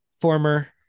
former